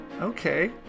okay